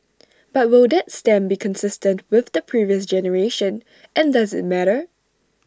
but will that stamp be consistent with the previous generation and does IT matter